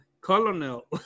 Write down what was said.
Colonel